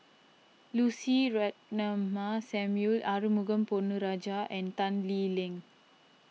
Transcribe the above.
Lucy Ratnammah Samuel Arumugam Ponnu Rajah and Tan Lee Leng